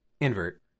invert